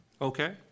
okay